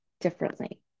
differently